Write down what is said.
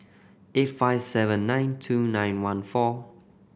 eight five seven nine two nine one four